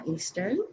Eastern